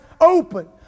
open